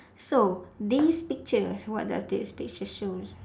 so this pictures what does this picture shows